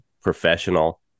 professional